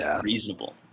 reasonable